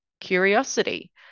curiosity